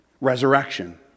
Resurrection